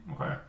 Okay